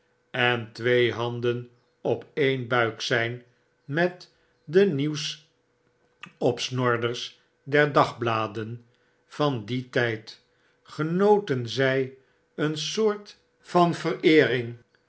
en twee handen op e'e'n buik zyn met de nieuwsopsnorders der dagbladen van dien tijd genoten zg epn soort van vereering